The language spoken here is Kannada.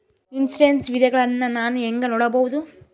ಇನ್ಶೂರೆನ್ಸ್ ವಿಧಗಳನ್ನ ನಾನು ಹೆಂಗ ನೋಡಬಹುದು?